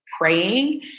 praying